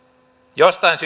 jostain